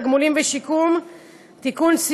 תגמולים ושיקום (תיקון,